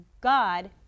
God